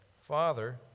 Father